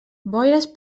boires